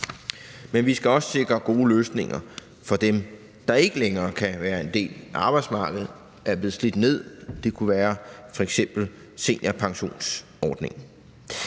Men vi skal også sikre gode løsninger for dem, der ikke længere kan være en del af arbejdsmarkedet, er blevet slidt ned. Det kunne være f.eks. seniorpensionsordningen.